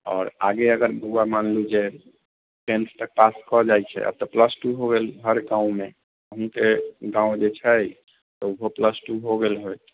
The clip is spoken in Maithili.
आओर आगे अगर बौआ मान लू जे टेंथ तऽ पास कऽ जाइ छै अब तऽ प्लस टु हो गेल हर गाँवमे गाँव जे छै ऽ ओहो प्लस टु हो गेल होएत